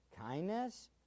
kindness